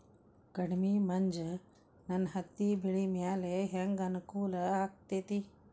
ಕಡಮಿ ಮಂಜ್ ನನ್ ಹತ್ತಿಬೆಳಿ ಮ್ಯಾಲೆ ಹೆಂಗ್ ಅನಾನುಕೂಲ ಆಗ್ತೆತಿ?